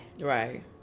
Right